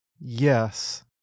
Yes